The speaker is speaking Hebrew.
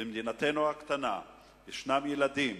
במדינתנו הקטנה יש ילדים